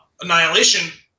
Annihilation